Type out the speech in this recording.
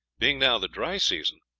being now the dry season,